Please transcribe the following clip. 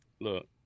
Look